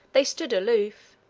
they stood aloof,